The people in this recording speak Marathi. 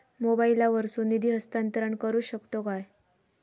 मोबाईला वर्सून निधी हस्तांतरण करू शकतो काय?